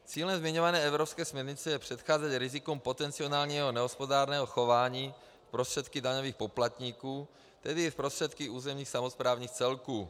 Cílem zmiňované evropské směrnice je předcházet rizikům potenciálního nehospodárného chování s prostředky daňových poplatníků, tedy i s prostředky územních samosprávných celků.